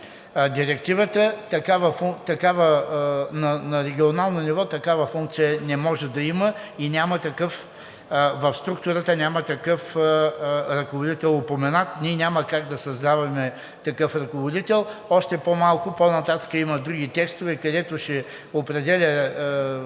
Директивата, на регионално ниво такава функция не може да има и в структурата няма такъв ръководител упоменат. Ние няма как да създаваме такъв ръководител, още по-малко, по-нататък има други текстове, където ще определя